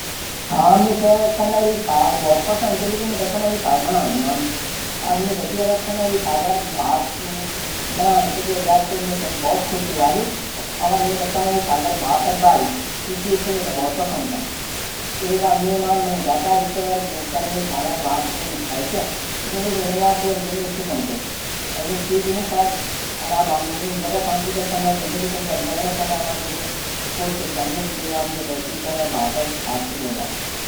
मेथे पैंट कमीज कुर्ता सुलवार खासकर पैनू जू बुल्द म्मार यां अलावा मि ज्यादा फैसन पंसद भी नी करदू। साधारण कपडा परदू मी और जू मेथे सुविधाजनक लगदू जू कपडा वे मा मी आरामदायक मनदू वू कपडा बस म्यारू ई चा कि कपडा फटूयं नी वा और ठीक ठाक वा कपडा जू झपझपू वा जू कपडा।